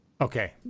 Okay